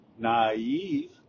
Naive